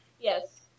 Yes